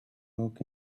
lock